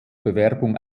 bewerbung